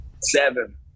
Seven